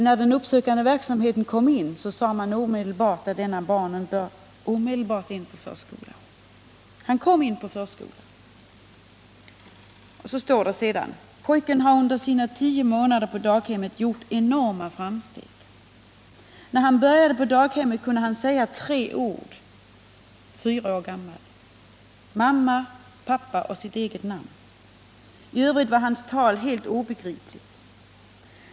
När den uppsökande verksamheten kom in, sade man omedelbart att detta barn utan dröjsmål borde tas in på daghem. Han kom in på daghem. Och sedan skrev man: ”Pojken har under sina 10 månader på daghemmet gjort enorma framsteg.” När han började på daghemmet kunde han säga tre ord, trots att han var fyra år gammal: mamma, pappa och sitt eget namn. I övrigt var hans tal helt obegripligt.